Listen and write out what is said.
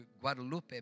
Guadalupe